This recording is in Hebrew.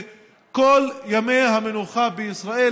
כל ימי המנוחה בישראל,